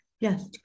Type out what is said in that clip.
Yes